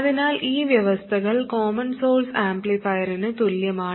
അതിനാൽ ഈ വ്യവസ്ഥകൾ കോമൺ സോഴ്സ് ആംപ്ലിഫയറിന് തുല്യമാണ്